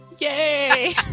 Yay